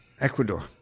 Ecuador